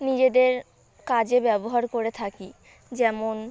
নিজেদের কাজে ব্যবহার করে থাকি যেমন